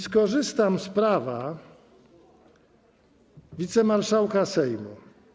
Skorzystam z prawa wicemarszałka Sejmu.